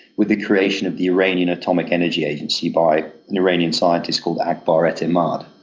with the creation of the iranian atomic energy agency by an iranian scientist called akbar etemad.